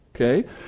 okay